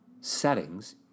settings